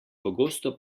pogosto